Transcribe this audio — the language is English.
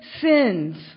sins